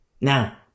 Now